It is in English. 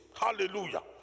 hallelujah